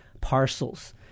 parcels